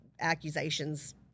accusations